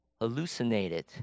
hallucinated